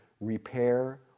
repair